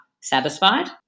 satisfied